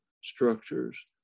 structures